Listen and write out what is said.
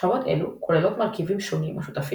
שכבות אלו כוללות מרכיבים שונים השותפים